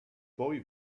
poi